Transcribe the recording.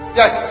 yes